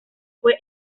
fue